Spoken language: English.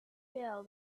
feel